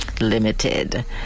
Limited